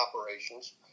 operations